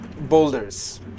Boulders